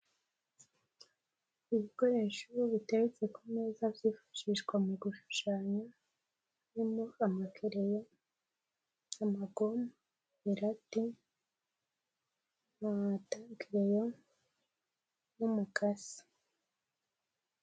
Ibikoresho bitetse ku meza byifashishwa mu gushushanya birimo amakereyo, amagoma, amalate, tankereyo n'umukasi.